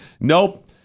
Nope